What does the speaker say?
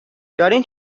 دارین